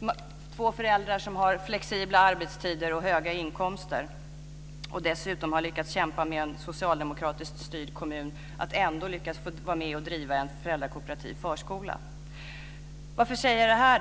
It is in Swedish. Vi är två föräldrar som har flexibla arbetstider och höga inkomster och som dessutom i en socialdemokratiskt styrd kommun lyckats kämpa sig till att få vara med om att driva en föräldrakooperativ förskola. Varför säger jag det här?